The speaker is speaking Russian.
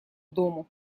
дому